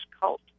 cult